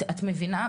את מבינה?